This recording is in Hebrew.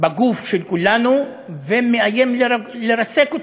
בגוף של כולנו ומאיים לרסק אותו.